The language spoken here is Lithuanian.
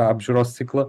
apžiūros ciklą